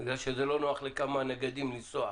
בגלל שזה לא נוח לכמה נגדים לנסוע